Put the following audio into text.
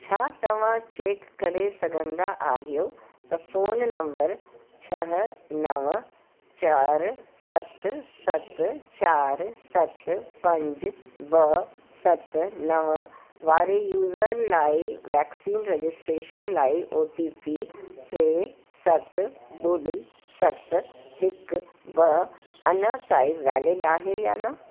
छा तव्हां चारि सत सत चारि सत पंज ॿ सत नव वारे यूज़र लाइ वैक्सीन रजिसट्रेशन लाइ ओ टी पी टे सत ॿुड़ी सत हिकु ॿ अञा ताईं वैलिड आहे या न